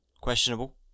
questionable